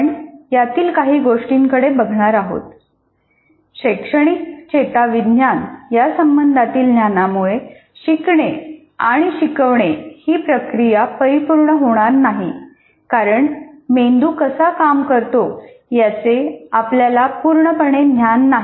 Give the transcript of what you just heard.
आपण यातील काही गोष्टींकडे बघणार आहोत शैक्षणिक चेता विज्ञान यासंबंधातील ज्ञानामुळे शिकणे आणि शिकवणे ही प्रक्रिया परिपूर्ण होणार नाहीकारण मेंदू कसा काम करतो याचे आपल्याला पूर्णपणे ज्ञान नाही